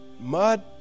mud